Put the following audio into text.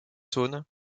saône